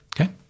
okay